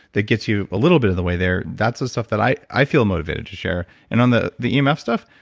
that gets you a little bit of the way there, that's the stuff that i i feel motivated to share and on the the emf stuff,